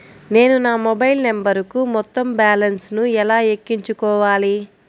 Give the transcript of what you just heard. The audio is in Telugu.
నేను నా మొబైల్ నంబరుకు మొత్తం బాలన్స్ ను ఎలా ఎక్కించుకోవాలి?